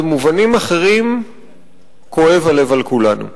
במובנים אחרים כואב הלב על כולנו.